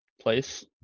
place